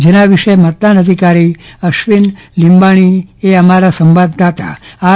જેના વિશે મતદાન અધિકારી અશ્વિનભાઈ લીંબાણીએ અમારા સંવાદદાતા આર